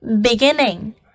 beginning